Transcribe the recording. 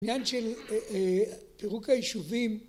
עניין של פירוק היישובים